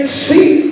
see